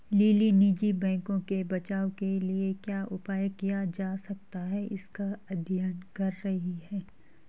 lily निजी बैंकों के बचाव के लिए क्या उपाय किया जा सकता है इसका अध्ययन कर रही है